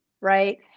Right